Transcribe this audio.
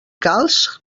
calç